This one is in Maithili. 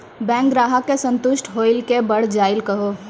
बैंक ग्राहक के संतुष्ट होयिल के बढ़ जायल कहो?